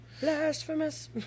Blasphemous